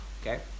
Okay